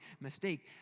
mistake